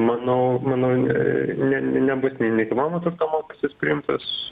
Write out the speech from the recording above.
manau manau ne nebūtinai nekilnojamo turto mokestis priimtas